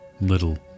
little